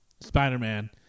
spider-man